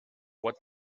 what